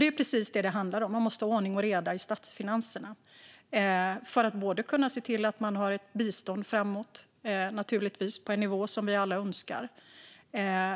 Det är precis detta som det handlar om: Man måste ha ordning och reda i statsfinanserna för att kunna se till att man har ett bistånd framåt på en nivå som vi alla önskar